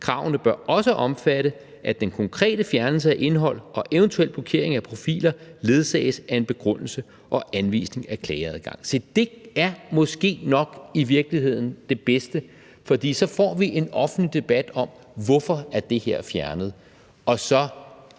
Kravene bør også omfatte, at den konkrete fjernelse af indhold og eventuelt blokering af profiler ledsages af en begrundelse og anvisning af klageadgang. Se, det er måske nok i virkeligheden det bedste, fordi så får vi en offentlig debat om, hvorfor det her er fjernet,